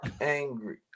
angry